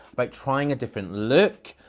but trying a different look,